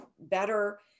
better